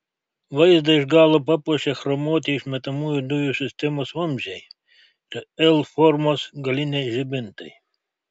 vaizdą iš galo papuošia chromuoti išmetamųjų dujų sistemos vamzdžiai ir l formos galiniai žibintai